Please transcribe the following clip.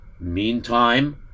Meantime